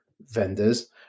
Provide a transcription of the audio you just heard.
vendors